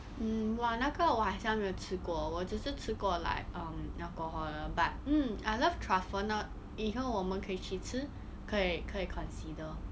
mm 哇那个我好像没有吃过我只是吃过 like um alcohol lor but mm I love truffle no~ 那以后我们可以去吃可以可以 consider